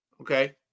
okay